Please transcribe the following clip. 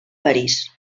parís